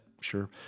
sure